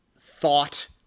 thought